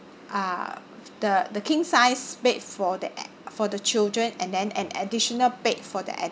uh the the king size bed for the a~ for the children and then an additional bed for the